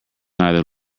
neither